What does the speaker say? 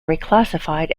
reclassified